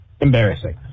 Embarrassing